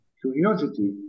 curiosity